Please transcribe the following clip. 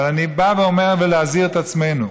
אבל אני בא ואומר, להזהיר את עצמנו: